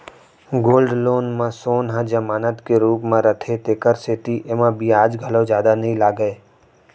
gold loan म सोन ह जमानत के रूप म रथे तेकर सेती एमा बियाज घलौ जादा नइ लागय